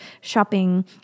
shopping